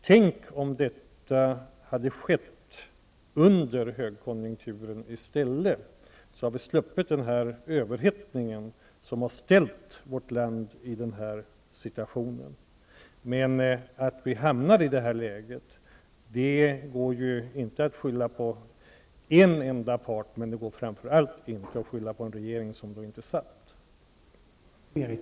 Tänk om detta hade skett under högkonjunkturen i stället, då hade vi sluppit den överhettning som har ställt vårt land i den nuvarande situationen. Men att vi har hamnat i det här läget går ju inte att skylla på en enda part, framför allt inte på en regering som då inte satt.